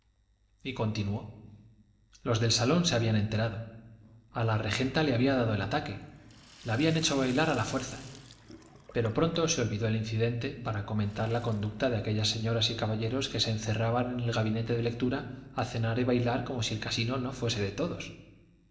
y continuó los del salón se habían enterado a la regenta le había dado el ataque la habían hecho bailar a la fuerza pero pronto se olvidó el incidente para comentar la conducta de aquellas señoras y caballeros que se encerraban en el gabinete de lectura a cenar y bailar como si el casino no fuese de todos